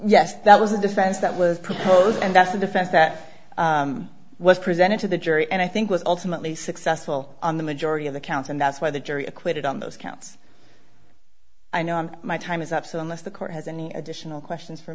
yes that was a defense that was proposed and that's the defense that was presented to the jury and i think was ultimately successful on the majority of the counts and that's why the jury acquitted on those counts i know my time is up so must the court has any additional questions for